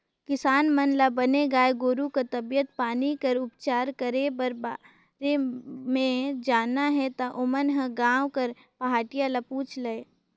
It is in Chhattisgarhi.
किसान मन ल बने गाय गोरु कर तबीयत पानी कर उपचार करे कर बारे म जानना हे ता ओमन ह गांव कर पहाटिया ल पूछ लय